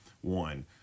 one